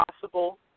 possible